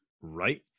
Right